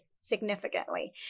significantly